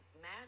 mad